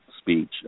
speech